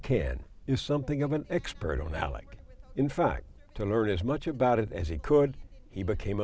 is something of an expert on alec in fact to learn as much about it as he could he became